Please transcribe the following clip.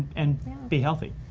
and be healthy.